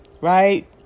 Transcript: right